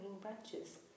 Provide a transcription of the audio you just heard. branches